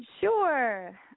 Sure